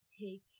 take